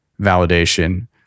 validation